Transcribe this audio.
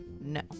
No